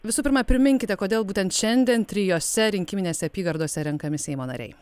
visų pirma priminkite kodėl būtent šiandien trijose rinkiminėse apygardose renkami seimo nariai